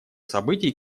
событий